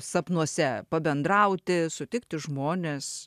sapnuose pabendrauti sutikti žmones